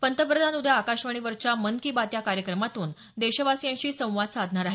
पंतप्रधान उद्या आकाशवाणीवरच्या मन की बात या कार्यक्रमातून देशवासियांशी संवाद साधणार आहेत